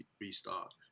Restart